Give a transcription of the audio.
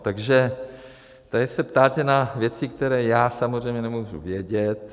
Takže tady se ptáte na věci, které já samozřejmě nemůžu vědět.